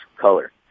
color